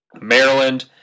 Maryland